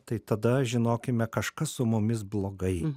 tai tada žinokime kažkas su mumis blogai